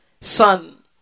son